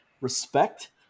Respect